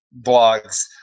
blogs